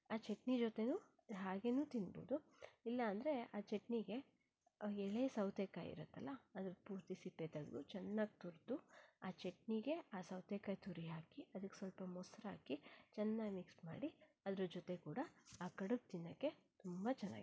ಆ ಚಟ್ನಿ ಜೊತೆನೂ ಹಾಗೇನೂ ತಿನ್ಬೋದು ಇಲ್ಲ ಅಂದರೆ ಆ ಚಟ್ನಿಗೆ ಎಳೆ ಸೌತೆಕಾಯಿ ಇರತ್ತಲ್ಲ ಅದು ಪೂರ್ತಿ ಸಿಪ್ಪೆ ತೆಗೆದು ಚೆನ್ನಾಗಿ ತುರಿದು ಆ ಚಟ್ನಿಗೆ ಆ ಸೌತೆಕಾಯಿ ತುರಿ ಹಾಕಿ ಅದಕ್ಕೆ ಸ್ವಲ್ಪ ಮೊಸರು ಹಾಕಿ ಚೆನ್ನಾಗಿ ಮಿಕ್ಸ್ ಮಾಡಿ ಅದರ ಜೊತೆ ಕೂಡ ಆ ಕಡಬು ತಿನ್ನೋಕ್ಕೆ ತುಂಬ ಚೆನ್ನಾಗಿರತ್ತೆ